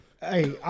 Hey